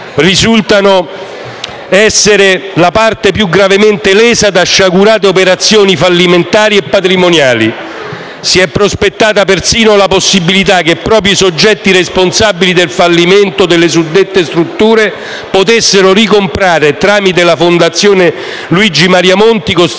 risultano essere la parte piugravemente lesa da sciagurate operazioni fallimentari e patrimoniali. Si e prospettata persino la possibilitache proprio i soggetti responsabili del fallimento delle suddette strutture potessero ricomprare, tramite la fondazione Luigi Maria Monti, costituita